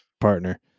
partner